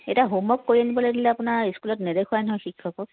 এতিয়া হ'মৱৰ্ক কৰি আনিব দিলে আপোনাৰ স্কুলত নেদেখুৱায় নহয় শিক্ষকক